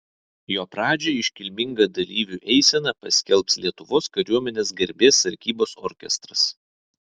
jo pradžią iškilminga dalyvių eisena paskelbs lietuvos kariuomenės garbės sargybos orkestras